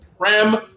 Prem